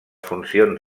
funcions